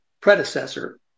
predecessor